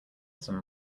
some